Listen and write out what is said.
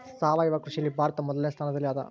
ಸಾವಯವ ಕೃಷಿಯಲ್ಲಿ ಭಾರತ ಮೊದಲನೇ ಸ್ಥಾನದಲ್ಲಿ ಅದ